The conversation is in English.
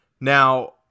Now